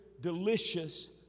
delicious